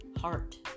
heart